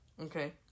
Okay